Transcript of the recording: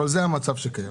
זה המצב.